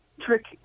trick